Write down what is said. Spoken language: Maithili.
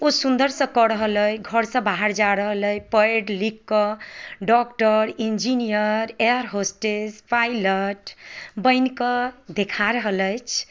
ओ सुन्दरसँ कऽ रहल अहि घरसँ बाहर जा रहल अहि पढ़ि लिखिकऽ doctor engineer air hostess pilot बनि कऽ देखा रहल अछि